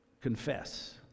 confess